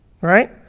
right